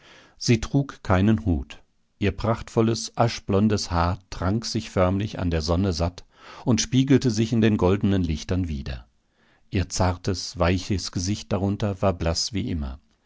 sie trug keinen hut ihr prachtvolles aschblondes haar trank sich förmlich an der sonne satt und spiegelte sich in goldenen lichtern wider ihr zartes weiches gesicht darunter war blaß wie immer